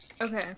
okay